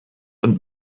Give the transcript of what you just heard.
und